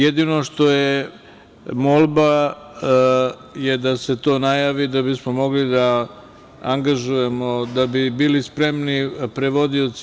Jedino što je molba je da se to najavi da bismo mogli da angažujemo, da bi bili spremni prevodioci.